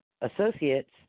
associates